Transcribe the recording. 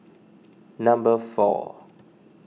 number four